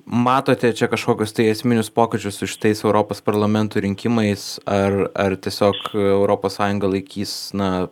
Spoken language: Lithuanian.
matote čia kažkokius tai esminius pokyčius su šitais europos parlamento rinkimais ar ar tiesiog europos sąjungą laikys na